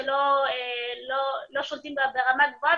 לא שולטים בה ברמה גבוהה,